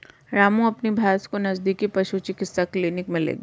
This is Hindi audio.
रामू अपनी भैंस को नजदीकी पशु चिकित्सा क्लिनिक मे ले गया